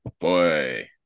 boy